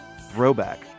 Throwback